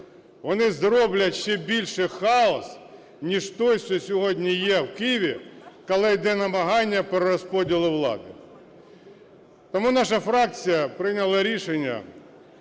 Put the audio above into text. вони зроблять ще більше хаос, ніж той, що сьогодні є в Києві, коли йде намагання перерозподілу влади. Тому наша фракція прийняла рішення